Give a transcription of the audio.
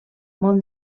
molt